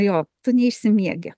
jo tu neišsimiegi